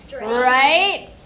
right